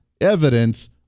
evidence